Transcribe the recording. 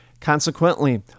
Consequently